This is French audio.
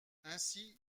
ainsi